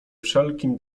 wszelkim